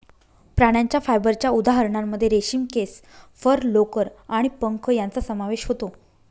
प्राण्यांच्या फायबरच्या उदाहरणांमध्ये रेशीम, केस, फर, लोकर आणि पंख यांचा समावेश होतो